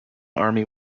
army